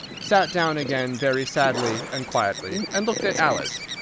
sat down again very sadly and quietly, and looked at alice.